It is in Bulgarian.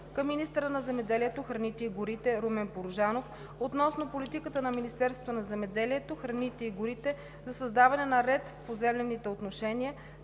към министъра на земеделието, храните и горите Румен Порожанов относно политиката на Министерството на земеделието, храните и горите за създаване на ред в поземлените отношения